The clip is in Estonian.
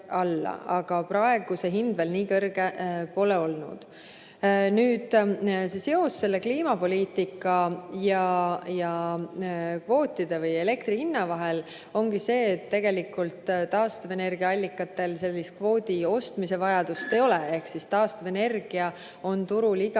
Aga praegu see hind veel nii kõrge pole olnud. Nüüd, seos kliimapoliitika ja kvootide ning elektri hinna vahel ongi see, et tegelikult taastuvenergia allikate korral kvoodi ostmise vajadust ei ole. Taastuvenergia on turul igal